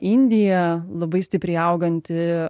indija labai stipriai auganti